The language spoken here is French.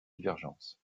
divergences